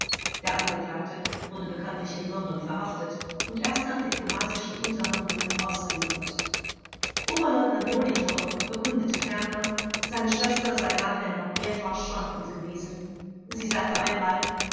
der angeklagte wurde bekanntlich in london verhaftet und erst nach diplomatischen unterhandlungen ausgeliefert oberleutnant molitor bekundete ferner seine schwester sei nachher noch mehrfach schwankend gewesen sie sagte einmal